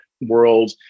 world